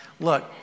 look